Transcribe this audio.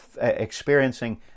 experiencing